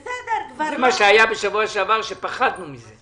זה מה שהיה בשבוע שעבר, שפחדנו מזה.